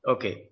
Okay